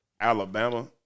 Alabama